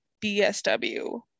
bsw